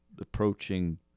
approaching